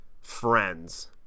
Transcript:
friends